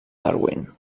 darwin